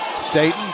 Staten